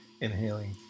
inhaling